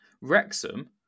Wrexham